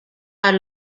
are